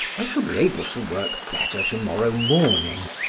i shall be able to work better to-morrow morning.